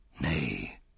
Nay